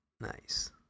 Nice